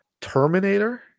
Terminator